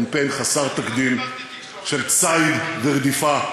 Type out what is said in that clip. כל מי שעיניו בראשו רואה שיש פה קמפיין חסר תקדים של ציד ורדיפה,